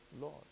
Lord